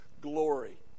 glory